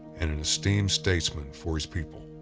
and an esteemed statesman for his people.